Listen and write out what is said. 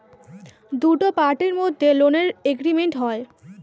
দুটো পার্টির মধ্যে লোনের এগ্রিমেন্ট হয়